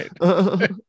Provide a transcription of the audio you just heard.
right